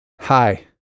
Hi